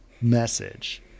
message